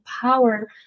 power